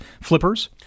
flippers